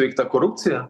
įveikta korupcija